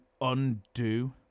undo